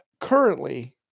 currently